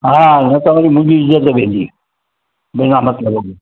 हा न त वरी मुंहिंजी इज़त वेंदी बिना मतिलबु जे